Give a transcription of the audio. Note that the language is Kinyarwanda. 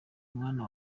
mwana